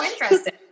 interesting